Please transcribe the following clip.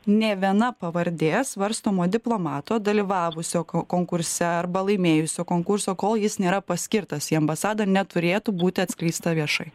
nė viena pavardė svarstomo diplomato dalyvavusio ko konkurse arba laimėjusio konkurso kol jis nėra paskirtas į ambasadą neturėtų būti atskleista viešai